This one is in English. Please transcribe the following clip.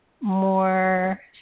more